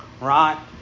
right